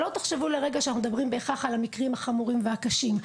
שלא תחשבו לרגע שאנחנו מדברים בהכרח על המקרים החמורים והקשים.